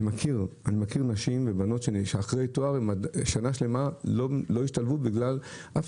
אני מכיר נשים ובנות שאחרי תואר במשך שנה שלמה לא השתלבו בגלל שאף